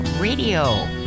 Radio